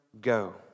go